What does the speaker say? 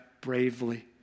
bravely